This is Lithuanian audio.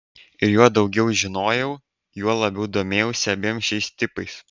ir juo daugiau žinojau juo labiau domėjausi abiem šiais tipais